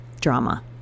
drama